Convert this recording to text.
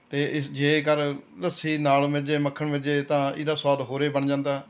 ਅਤੇ ਇਸ ਜੇਕਰ ਲੱਸੀ ਨਾਲ ਮਿਲ ਜੇ ਮੱਖਣ ਮਿਲ ਜੇ ਤਾਂ ਇਹਦਾ ਸੁਆਦ ਹੋਰ ਏ ਬਣ ਜਾਂਦਾ